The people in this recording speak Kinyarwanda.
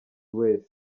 wese